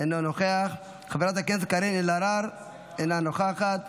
אינו נוכח, חברת הכנסת קארין אלהרר, אינה נוכחת.